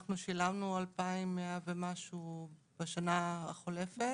אנחנו שילמנו 2,100 בשנה החולפת.